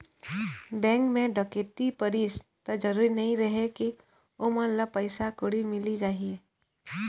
bank म डकैती परिस त जरूरी नइ रहय के ओमन ल पइसा कउड़ी मिली जाही